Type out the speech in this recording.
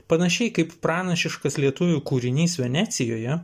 panašiai kaip pranašiškas lietuvių kūrinys venecijoje